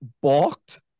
balked